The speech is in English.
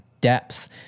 depth